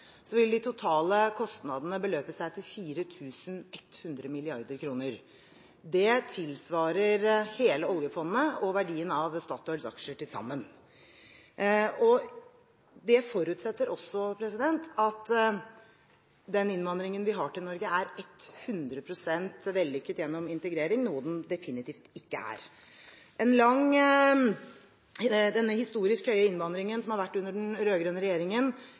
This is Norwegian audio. vil de totale kostnadene beløpe seg til 4 100 mrd. kr. Det tilsvarer hele oljefondet og verdien av Statoils aksjer til sammen. Det forutsetter også at den innvandringen vi har til Norge, er 100 pst. vellykket gjennom integrering, noe den definitivt ikke er. Den historisk høye innvandringen som har vært under den rød-grønne regjeringen,